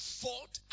fought